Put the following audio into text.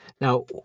Now